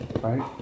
Right